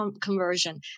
conversion